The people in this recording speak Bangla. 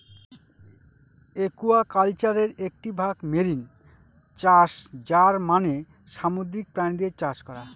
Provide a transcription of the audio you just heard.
একুয়াকালচারের একটি ভাগ মেরিন চাষ যার মানে সামুদ্রিক প্রাণীদের চাষ করা